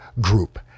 group